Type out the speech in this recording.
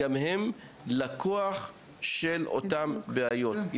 גם הם לקוח של אותן בעיות.